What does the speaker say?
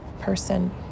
person